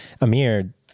amir